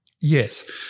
Yes